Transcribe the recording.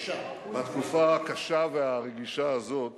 בתקופה הקשה והרגישה הזאת